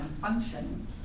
function